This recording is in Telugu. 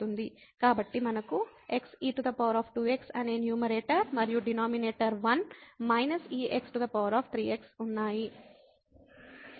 కాబట్టి మనకు x e2x అనే న్యూమరేటర్ మరియు డినామినేటర్ 1 e3x ఉన్నాయి